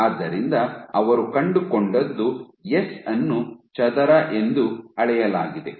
ಆದ್ದರಿಂದ ಅವರು ಕಂಡುಕೊಂಡದ್ದು ಎಸ್ ಅನ್ನು ಚದರ ಎಂದು ಅಳೆಯಲಾಗಿದೆ